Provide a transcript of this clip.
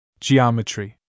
Geometry